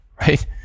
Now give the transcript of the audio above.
right